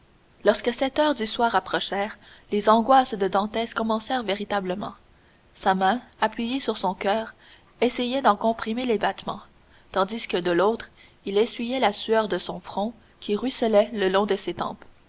lorsque sept heures du soir approchèrent les angoisses de dantès commencèrent véritablement sa main appuyée sur son coeur essuyait d'en comprimer les battements tandis que de l'autre il essuyait la sueur de son front qui ruisselait le long de ses tempes